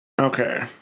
Okay